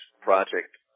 project